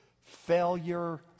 failure